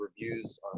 reviews